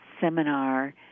seminar